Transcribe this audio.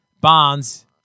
Bonds